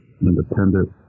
independent